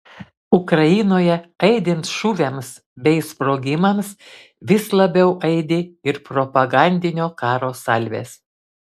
ukrainoje aidint šūviams bei sprogimams vis labiau aidi ir propagandinio karo salvės